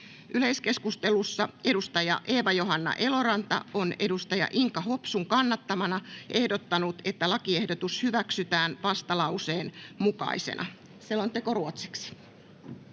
Yleiskeskustelussa Eeva-Johanna Eloranta on Inka Hopsun kannattamana ehdottanut, että lakiehdotus hyväksytään vastalauseen mukaisena. [Speech 3]